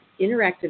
interactive